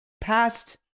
past-